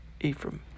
Ephraim